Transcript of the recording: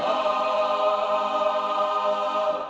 oh